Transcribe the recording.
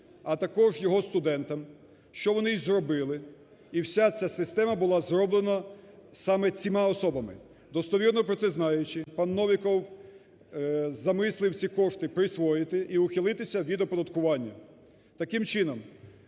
а також його студентам, що вони і зробили, і вся ця система була зроблена саме ціма особами. Достовірно про це знаючи, пан Новіков замислив ці кошти присвоїти і ухилитися від оподаткування. Таким чином